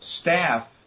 staff